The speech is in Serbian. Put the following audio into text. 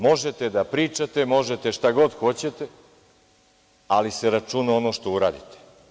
Možete da pričate, možete šta god hoćete, ali se računa ono što uradite.